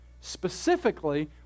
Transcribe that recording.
Specifically